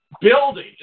building